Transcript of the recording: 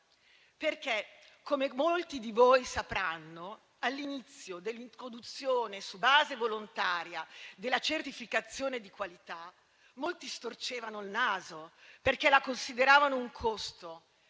perché, come molti di voi sapranno, all'inizio dell'introduzione su base volontaria della certificazione di qualità, molti storcevano il naso perché la consideravano un costo.